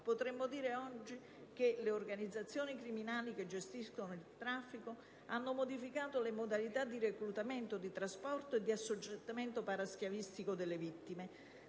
Potremmo dire oggi che le organizzazioni criminali che gestiscono il traffico hanno modificato le modalità di reclutamento, di trasporto e di assoggettamento para-schiavistico delle vittime.